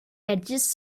edges